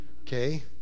okay